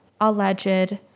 alleged